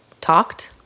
talked